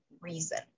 reason